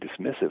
dismissive